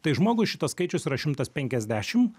tai žmogui šitas skaičius yra šimtas penkiasdešim